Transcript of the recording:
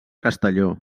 castelló